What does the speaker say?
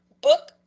book